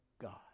God